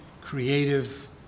creative